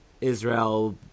Israel